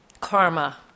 Karma